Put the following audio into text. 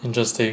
interesting